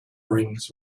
rings